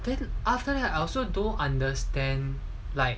then after that I also don't understand like